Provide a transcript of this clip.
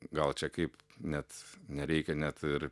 gal čia kaip net nereikia net ir